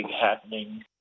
happening